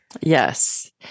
Yes